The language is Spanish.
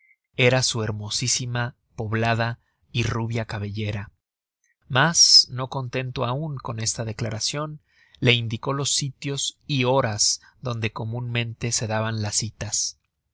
era su hermosísima poblada y rubia cabellera mas no contento aun con esta declaracion le indicó los sitios y horas donde comunmente se daban las citas